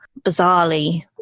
bizarrely